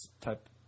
type